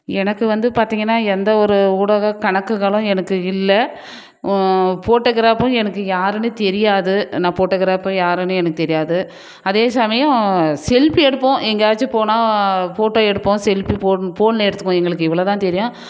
எனக்கு வந்து பார்த்திங்கன்னா எந்த ஒரு ஊடக கணக்குகளும் எனக்கு இல்லை ஃபோட்டோக்ராப்பும் எனக்கு யாருன்னே தெரியாது நான் ஃபோட்டோக்ராப் யாருன்னே தெரியாது அதேசமயம் செல்ஃபி எடுப்போம் எங்கேயாச்சும் போனால் ஃபோட்டோ எடுப்போம் செல்ஃபி ஃபோன்லேயே எடுத்துப்போம் எங்களுக்கு இவ்வளவுதான் தெரியும்